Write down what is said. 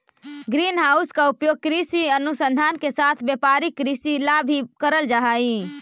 green house का उपयोग कृषि अनुसंधान के साथ साथ व्यापारिक कृषि ला भी करल जा हई